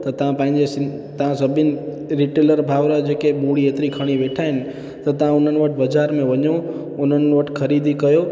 त तव्हां पहिंजे सिं तव्हां सभिनी रिटेलर भाउर जेके मूणी एतिरी खणी वेठा आहिनि त तव्हां उन्हनि वटि बाज़ारि में वञो उन्हनि वटि ख़रीदी कयो